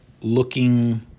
looking